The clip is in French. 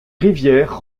rivières